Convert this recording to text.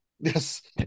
Yes